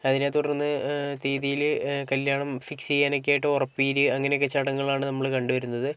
അതിനെ തുടര്ന്ന് തീയതിയില് കല്യാണം ഫിക്സ് ചെയ്യാന് ഒക്കെയായിട്ട് ഉറപ്പീര് അങ്ങെനെ ഒക്കെ ചടങ്ങുകളാണ് നമ്മള് കണ്ടുവരുന്നത്